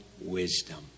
wisdom